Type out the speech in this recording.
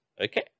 Okay